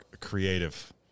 creative